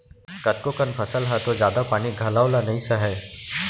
कतको कन फसल ह तो जादा पानी घलौ ल नइ सहय